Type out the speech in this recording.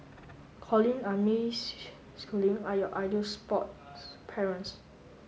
Colin May Schooling are your ideal sports parents